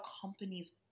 companies